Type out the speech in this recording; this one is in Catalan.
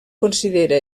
considera